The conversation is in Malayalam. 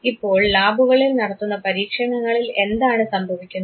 ഇപ്പോൾ ലാബുകളിൽ നടത്തുന്ന പരീക്ഷണങ്ങളിൽ എന്താണ് സംഭവിക്കുന്നത്